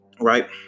Right